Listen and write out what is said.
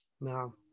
No